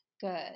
Good